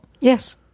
Yes